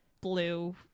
blue